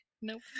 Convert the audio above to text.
nope